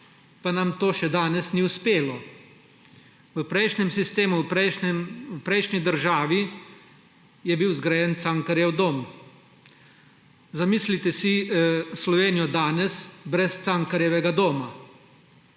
pa nam to še danes ni uspelo. V prejšnjem sistemu, v prejšnji državi je bil zgrajen Cankarjev dom. Zamislite si Slovenijo danes brez Cankarjevega doma.